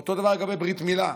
אותו דבר לגבי ברית מילה,